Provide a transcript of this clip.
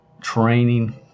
training